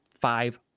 five